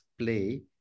play